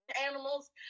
animals